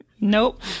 Nope